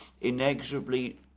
inexorably